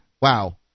Wow